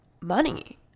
money